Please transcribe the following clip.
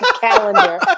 calendar